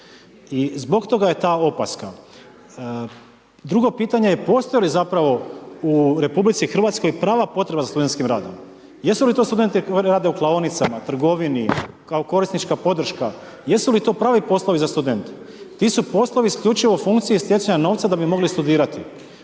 I zbog toga je ta opaska. Drugo pitanje je postoji li zapravo u RH prava potreba za studentskim radom. Jesu li to studenti koji rade u klaonicama, trgovini, kao korisnička podrška. Jesu li to pravi poslovi za studente? Ti su poslovi isključivo u funkciji stjecanja novca da bi mogli studirati.